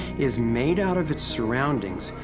is made out of its surroundings,